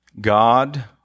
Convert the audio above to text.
God